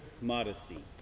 modesty